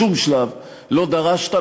בשום שלב לא דרשת,